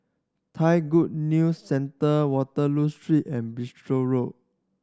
Thai Good News Centre Waterloo Street and Bristol Road